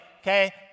Okay